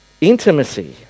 intimacy